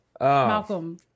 Malcolm